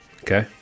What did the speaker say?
okay